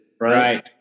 Right